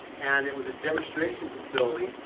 and it was a demonstration facility,